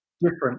different